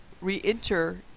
re-enter